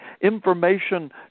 information